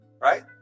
right